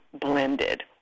blended